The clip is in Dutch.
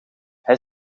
hij